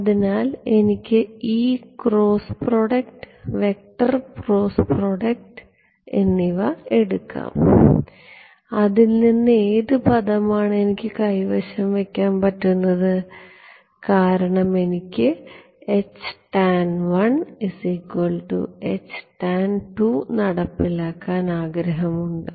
അതിനാൽ എനിക്ക് ഈ cross product vector cross product എന്നിവ എടുക്കാം അതിൽ നിന്ന് ഏത് പദമാണ് എനിക്ക് കൈവശം വെക്കാൻ പറ്റുന്നത് കാരണം എനിക്ക് നടപ്പിലാക്കാൻ ആഗ്രഹമുണ്ട്